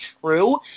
true